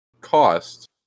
cost